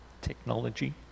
technology